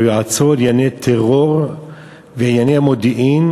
ליועצו לענייני טרור וענייני מודיעין,